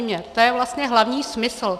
To je vlastně hlavní smysl.